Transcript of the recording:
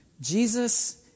Jesus